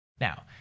Now